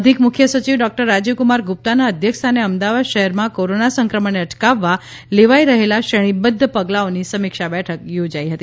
અધિક મુખ્ય સચિવ ડોકટર રાજીવકુમાર ગુપ્તાના અધ્યક્ષ સ્થાને અમદાવાદ શહેરમાં કોરોના સંક્રમણને અટકાવવા લેવાઇ રહેલ શ્રેણીબદ્ધ પગલાઓની સમીક્ષા બેઠક યોજાઇ હતી